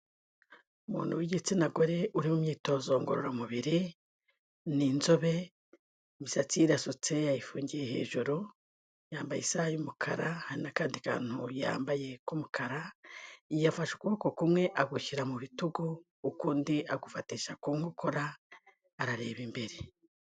Umuntu w'igitsina gore uri mu imyitozo ngororamubiri, ni inzobe, imisatsi ye irasutse, yayifungiye hejuru, yambaye isaha y'umukara n'akandi kantu yambaye k'umukara, yafashe ukuboko kumwe agushyira mu bitugu, ukundi agufatisha ku nkokora, arareba imbere.